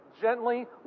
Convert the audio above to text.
gently